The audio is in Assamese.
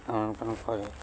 আমন্ত্ৰণ কৰে